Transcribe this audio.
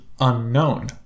unknown